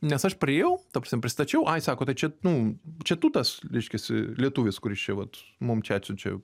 nes aš priėjau ta prasme prisistačiau ai sako tai čia nu čia tu tas reiškiasi lietuvis kuris čia vat mum čia atsiunčia